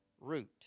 root